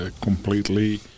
completely